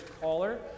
caller